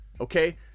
Okay